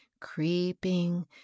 creeping